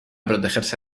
protegerse